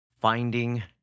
Finding